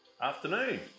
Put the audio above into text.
afternoon